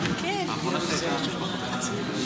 הולדה, התשפ"ג 2023,